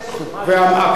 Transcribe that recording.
מה הקשר?